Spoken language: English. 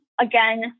again